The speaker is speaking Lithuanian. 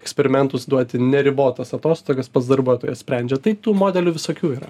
eksperimentus duoti neribotas atostogas pats darbuotojas sprendžia tai tų modelių visokių yra